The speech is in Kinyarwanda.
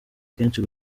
kenshi